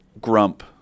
grump